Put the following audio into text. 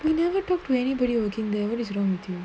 we never talked to anybody working there what is wrong with you